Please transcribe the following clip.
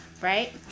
Right